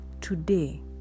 today